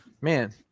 man